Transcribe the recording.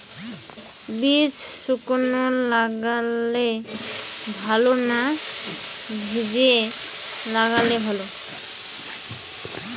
বীজ শুকনো লাগালে ভালো না ভিজিয়ে লাগালে ভালো?